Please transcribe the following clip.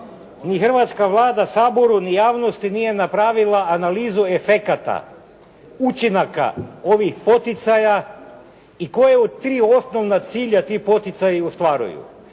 ni hrvatska Vlada Saboru, ni javnosti nije napravila analizu efekata, učinaka ovih poticaja i tko je u tri osnovna cilja ti poticaji i ostvaruju.